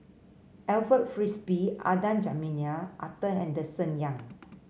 Alfred Frisby Adan Jimenez Arthur Henderson Young